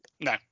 No